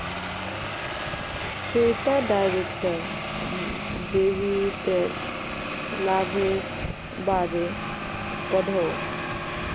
Shweta direct डेबिटेर लाभेर बारे पढ़ोहो